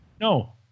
No